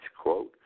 quote